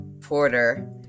Porter